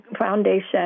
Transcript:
Foundation